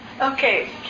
Okay